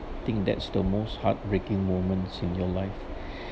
think that's the most heartbreaking moments in your life